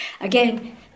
Again